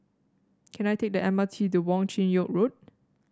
can I take the M R T to Wong Chin Yoke Road